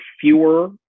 fewer